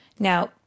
Now